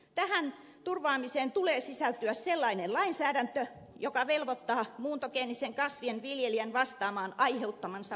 tähän turvaamiseen tulee sisältyä sellaisen lainsäädännön joka velvoittaa muuntogeenisten kasvien viljelijän vastaamaan aiheuttamistaan vahingoista